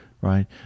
Right